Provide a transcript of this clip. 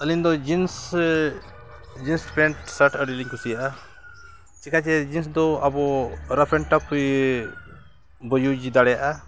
ᱟᱹᱞᱤᱧ ᱫᱚ ᱡᱤᱱᱥ ᱥᱮ ᱡᱤᱱᱥ ᱯᱮᱱᱴ ᱥᱟᱨᱴ ᱟᱹᱰᱤ ᱞᱤᱧ ᱠᱩᱥᱤᱭᱟᱜᱼᱟ ᱪᱤᱠᱟᱹ ᱥᱮ ᱡᱤᱱᱥ ᱫᱚ ᱟᱵᱚ ᱨᱟᱯ ᱮᱱᱰ ᱴᱟᱯᱤ ᱵᱚᱱ ᱤᱭᱩᱡᱽ ᱫᱟᱲᱮᱭᱟᱜᱼᱟ